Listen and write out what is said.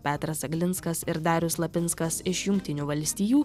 petras aglinskas ir darius lapinskas iš jungtinių valstijų